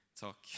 talk